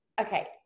okay